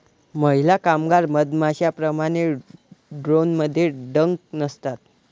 महिला कामगार मधमाश्यांप्रमाणे, ड्रोनमध्ये डंक नसतात